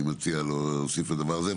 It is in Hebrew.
אני מציע לו להוסיף את הדבר הזה.